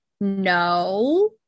no